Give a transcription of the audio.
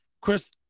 Chris